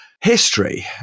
history